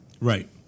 Right